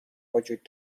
وجود